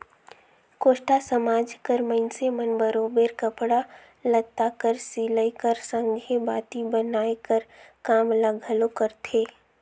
कोस्टा समाज कर मइनसे मन बरोबेर कपड़ा लत्ता कर सिलई कर संघे बाती बनाए कर काम ल घलो करथे